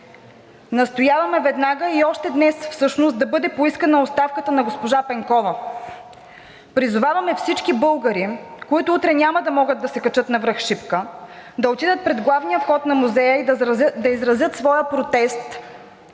Настояваме веднага и още днес всъщност да бъде поискана оставката на госпожа Пенкова. Призоваваме всички българи, които утре няма да могат да се качат на връх Шипка, да отидат пред главния вход на музея и да изразят своя протест